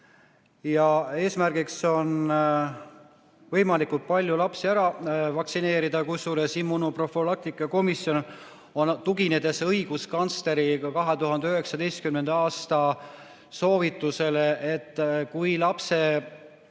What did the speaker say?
Eesmärgiks on võimalikult palju lapsi ära vaktsineerida. Kusjuures immunoprofülaktika komisjon on öelnud, tuginedes õiguskantsleri 2019. aasta soovitusele, et kui lapse